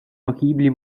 погибли